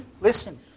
listen